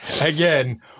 Again